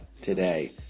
today